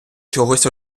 чогось